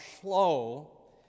slow